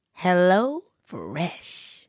HelloFresh